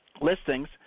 listings